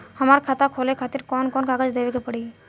हमार खाता खोले खातिर कौन कौन कागज देवे के पड़ी?